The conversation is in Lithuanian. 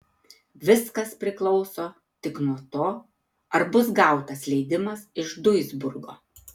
viskas priklauso tik nuo to ar bus gautas leidimas iš duisburgo